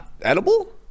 edible